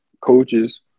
coaches